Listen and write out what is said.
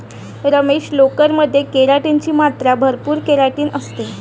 रमेश, लोकर मध्ये केराटिन ची मात्रा भरपूर केराटिन असते